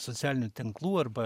socialinių tinklų arba